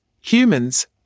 humans